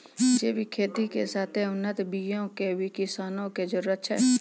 जैविक खेती के साथे उन्नत बीयो के किसानो के जरुरत छै